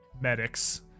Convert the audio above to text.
medics